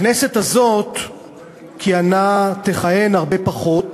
הכנסת הזאת תכהן הרבה פחות.